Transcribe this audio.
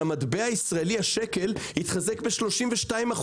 שהמטבע הישראלי, השקל, התחזק ב-32%,